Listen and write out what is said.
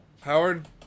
Howard